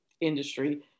industry